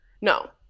no